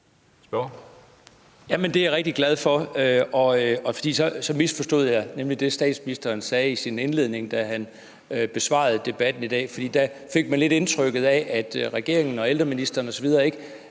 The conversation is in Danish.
Det er jeg rigtig glad for. Så misforstod jeg nemlig det, statsministeren sagde i sin indledning, da han besvarede spørgsmål under debatten i dag. Da fik man lidt indtrykket af, at regeringen og ældreministeren osv. ikke